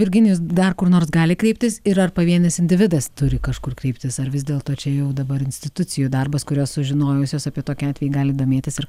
virginijus dar kur nors gali kreiptis ir ar pavienis individas turi kažkur kreiptis ar vis dėlto čia jau dabar institucijų darbas kurios sužinojusios apie tokį atvejį gali domėtis ir